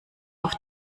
auf